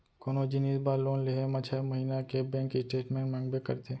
कोनो जिनिस बर लोन लेहे म छै महिना के बेंक स्टेटमेंट मांगबे करथे